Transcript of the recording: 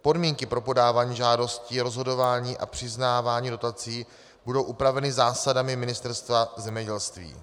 Podmínky pro podávání žádostí a rozhodování a přiznávání dotací budou upraveny zásadami Ministerstva zemědělství.